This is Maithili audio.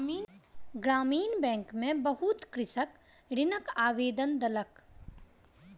ग्रामीण बैंक में बहुत कृषक ऋणक आवेदन देलक